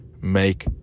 Make